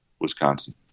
Wisconsin